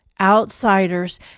outsiders